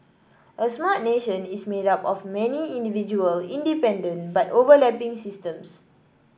a Smart Nation is made up of many individual independent but overlapping systems